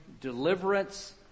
deliverance